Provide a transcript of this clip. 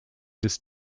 this